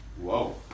whoa